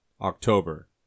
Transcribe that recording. October